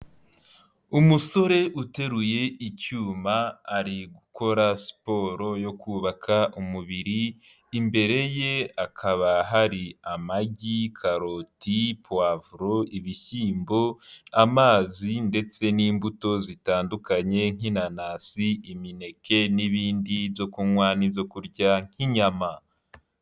Umusore uteruye icyuma ari gukora siporo yo kubaka umubiri, imbere ye hakaba hari amagi, karoti, puwavuro, ibishyimbo, amazi ndetse n'imbuto zitandukanye nk'inanasi, imineke n'ibindi byo kunywa n'ibyo kurya nk'inyama.